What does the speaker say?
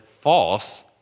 false